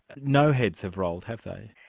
no heads have rolled, have they?